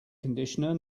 conditioner